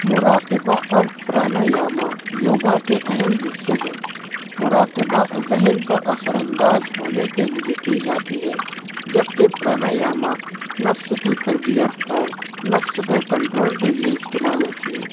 مراقبہ اور پرانایاما یوگا کے اہم حصے ہیں مراقبہ ذہن پر اثرانداز ہونے کے لیے کی جاتی ہے جبکہ پرانایاما نفس کی تربیت اور نفس کو کنٹرول کے لیے استعمال ہوتی ہے